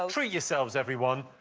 um treat yourselves, everyone.